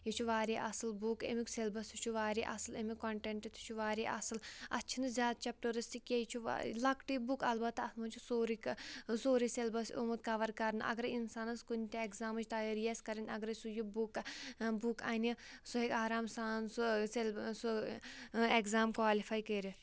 یہِ چھُ واریاہ اَصٕل بُک اَمیُک سٮ۪لبَس تہِ چھُ واریاہ اَصٕل اَمیُک کَنٹیٚنٹ تہِ چھُ واریاہ اَصٕل اَتھ چھِنہٕ زیادٕ چَپٹٲرٕس تہِ کینٛہہ یہِ چھُ لَکٹُے بُک البتہ اَتھ منٛز چھُ سورُے سورُے سیٚلبَس آمُت کَوَر کَرنہٕ اَگَرے اِنسانَس کُنہِ تہِ ایٚگزامٕچ تَیٲری آسہِ کَرٕنۍ اَگَرے سُہ یہِ بُک بُک اَنہِ سُہ ہیٚکہِ آرام سان سُہ سیٚلب سُہ اٮ۪گزام کالِفاے کٔرِتھ